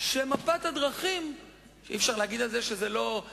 לא לאפשר לחברי הכנסת היהודים